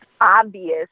obvious